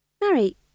Mary